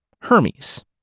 Hermes